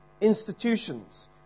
institutions